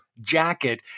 jacket